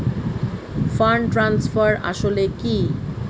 Fund transfer আসলে কী?